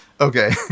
Okay